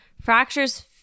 fractures